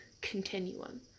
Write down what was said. continuum